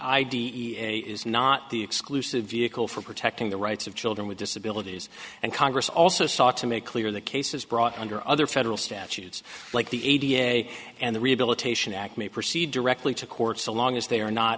idea is not the exclusive vehicle for protecting the rights of children with disabilities and congress also sought to make clear the cases brought under other federal statutes like the a d a s and the rehabilitation act may proceed directly to court so long as they are not